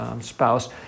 spouse